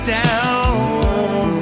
down